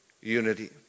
unity